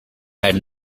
had